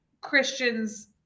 Christians